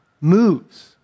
moves